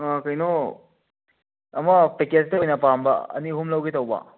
ꯑꯥ ꯀꯩꯅꯣ ꯑꯃ ꯄꯦꯛꯀꯦꯁꯇ ꯑꯣꯏꯅ ꯄꯥꯝꯕ ꯑꯅꯤ ꯑꯍꯨꯝ ꯂꯧꯒꯦ ꯇꯧꯕ